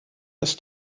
ist